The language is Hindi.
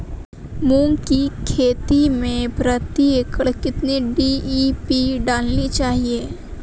मूंग की खेती में प्रति एकड़ कितनी डी.ए.पी डालनी चाहिए?